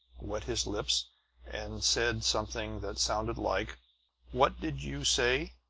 wet his lips and said something that sounded like what did you say?